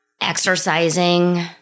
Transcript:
Exercising